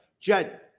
Jed